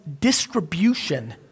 distribution